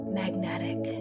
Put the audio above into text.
magnetic